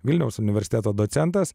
vilniaus universiteto docentas